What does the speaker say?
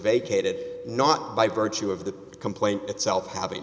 vacated not by virtue of the complaint itself ha